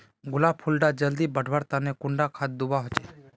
गुलाब फुल डा जल्दी बढ़वा तने कुंडा खाद दूवा होछै?